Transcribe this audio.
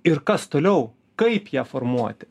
ir kas toliau kaip ją formuoti